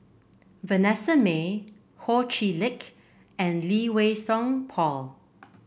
Vanessa Mae Ho Chee Lick and Lee Wei Song Paul